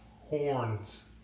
horns